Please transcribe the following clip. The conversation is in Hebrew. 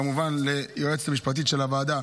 כמובן, ליועצת המשפטית של הוועדה